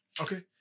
Okay